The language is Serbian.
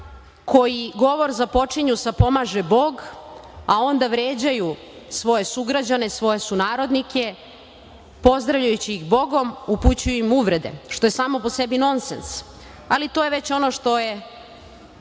koji govor započinju sa „pomaže Bog“, a onda vređaju svoje sugrađane svoje sunarodnike. Pozdravljajući ih Bogom, upućuju im uvrede što je samo po sebi nonsens, ali to je već ono što je